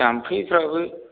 जाम्फैफ्राबो